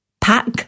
Pack